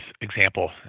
example